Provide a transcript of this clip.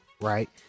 right